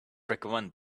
recommend